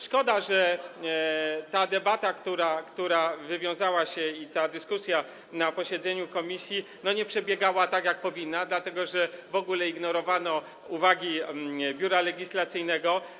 Szkoda, że ta debata, która się wywiązała, dyskusja na posiedzeniu komisji nie przebiegała tak, jak powinna, dlatego że w ogóle ignorowano uwagi Biura Legislacyjnego.